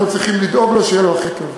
אנחנו צריכים לדאוג לו שיהיה לו הכי טוב.